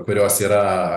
kurios yra